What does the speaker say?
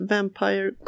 Vampire